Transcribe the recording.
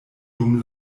dum